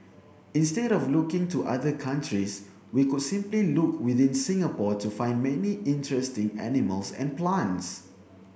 instead of looking to other countries we could simply look within Singapore to find many interesting animals and plants